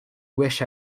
wish